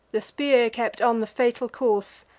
the spear kept on the fatal course,